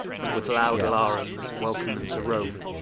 and with loud larums welcome them to rome.